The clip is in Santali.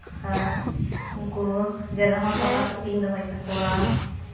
ᱟᱨ ᱩᱱᱠᱩ ᱡᱟᱭᱜᱟ ᱦᱚᱸ ᱥᱟᱯᱟᱼᱥᱟᱹᱯᱷᱤᱧ ᱫᱚᱦᱚᱭ ᱛᱟᱠᱚᱣᱟ